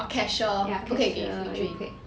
cashier 不可以给你 free drink